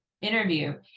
interview